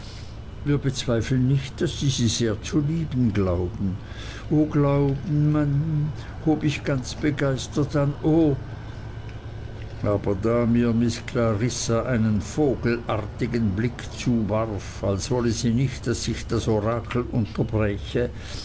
wir bezweifeln nicht daß sie sie sehr zu lieben glauben o glauben maam hob ich ganz begeistert an o aber da mir miß clarissa einen vogelartigen blick zuwarf als wolle sie nicht daß ich das orakel unterbräche